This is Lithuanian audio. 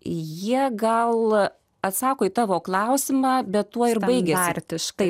jie gal atsako į tavo klausimą bet tuo ir baigia arti štai